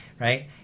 Right